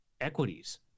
equities